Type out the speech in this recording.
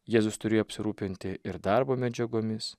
jėzus turėjo apsirūpinti ir darbo medžiagomis